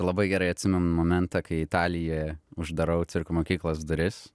labai gerai atsimenu momentą kai italijoje uždarau cirko mokyklos duris